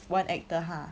one actor !huh!